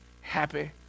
happy